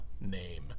name